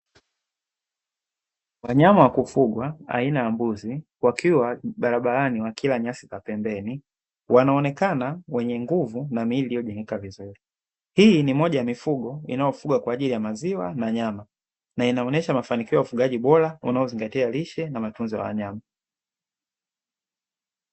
Wanyama wa kufugwa aina ya mbuzi wakiwa barabarani wakila nyasi za pembeni, wanaonekana wenye nguvu na miili iliyojengeka vizuri, hii ni moja ya mifugo inayofugwa kwa ajili ya maziwa na nyama inaonyesha mafanikio ya ufugaji bora, unaozingatia lishe na matunzo ya wanyama.